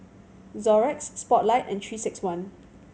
Xorex Spotlight and Three Six One